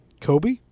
Kobe